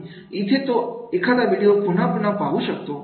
इथे तो एखादा व्हिडिओ पुन्हा पुन्हा पाहू शकतो